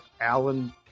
Alan